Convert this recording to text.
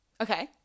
Okay